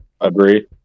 agree